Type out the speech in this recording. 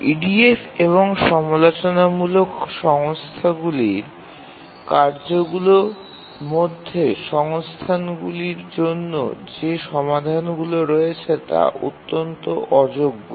EDF এবং সমালোচনামূলক সংস্থাগুলির কার্যগুলির মধ্যে সংস্থানগুলির জন্য যে সমাধানগুলি রয়েছে তা অত্যন্ত অযোগ্য